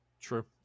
true